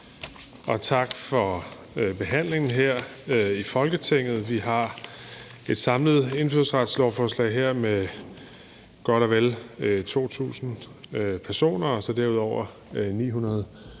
og tak for behandlingen her i Folketinget. Vi har et samlet indfødsretslovforslag her med godt og vel 2.000 personer og så derudover 900